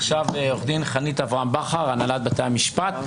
עו"ד חנית אברהם בכר, הנהלת בתי המשפט.